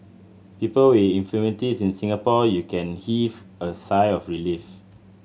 people with infirmities in Singapore you can heave a sigh of relief